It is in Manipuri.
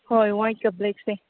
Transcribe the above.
ꯍꯣꯏ ꯋꯥꯏꯠꯀ ꯕ꯭ꯂꯦꯛꯁꯦ